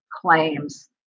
claims